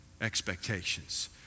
expectations